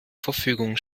verfügung